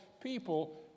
people